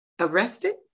arrested